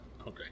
okay